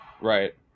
right